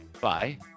Bye